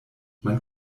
man